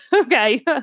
Okay